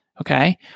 Okay